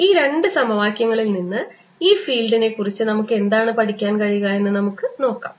ഈ രണ്ട് സമവാക്യങ്ങളിൽ നിന്ന് ഈ ഫീൽഡുകളെക്കുറിച്ച് നമുക്ക് എന്താണ് പഠിക്കാൻ കഴിയുക എന്ന് നമുക്ക് നോക്കാം